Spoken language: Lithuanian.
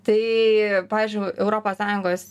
tai pavyzdžiui europos sąjungos